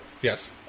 Yes